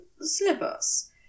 slippers